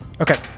Okay